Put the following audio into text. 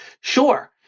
Sure